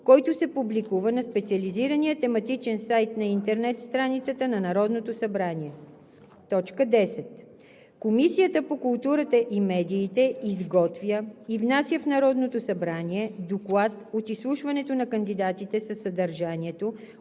който се публикува на специализирания тематичен сайт на интернет страницата на Народното събрание. 10. Комисията по културата и медиите изготвя и внася в Народното събрание доклад от изслушването на кандидатите със съдържанието,